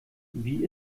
wie